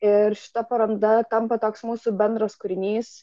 ir šita paroda tampa toks mūsų bendras kūrinys